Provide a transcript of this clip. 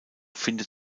findet